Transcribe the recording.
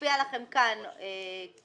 מופיע לכם כאן כמחוק.